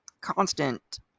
constant